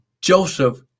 Joseph